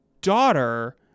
daughter